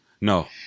No